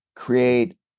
Create